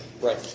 Right